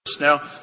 Now